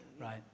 Right